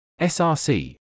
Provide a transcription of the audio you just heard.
src